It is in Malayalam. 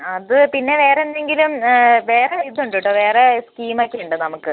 അത് പിന്നെ വേറെയെന്തെങ്കിലും വേറെ ഇതുണ്ട് കേട്ടോ വേറെ സ്കീമൊക്കെയുണ്ട് നമുക്ക്